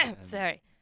Sorry